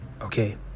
Okay